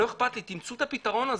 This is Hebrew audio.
לא אכפת לי, תמצאו פתרון.